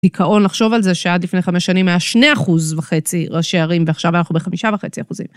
דיכאון לחשוב על זה שעד לפני חמש שנים היה שני אחוז וחצי ראשי ערים, ועכשיו אנחנו בחמישה וחצי אחוזים.